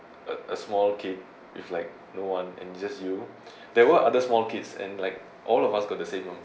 a a small kid with like no one and just you there were other small kids and like all of us got the same amount of